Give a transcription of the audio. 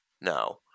now